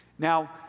Now